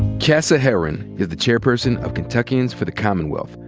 cassia herron is the chairperson of kentuckians for the commonwealth,